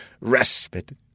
respite